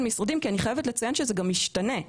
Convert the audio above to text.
משרדים כי אני חייבת לציין שזה גם משתנה.